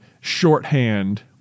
shorthand